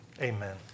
Amen